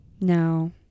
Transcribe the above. No